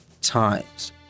times